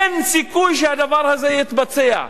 אין סיכוי שהדבר הזה יתבצע.